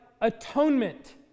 atonement